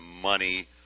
money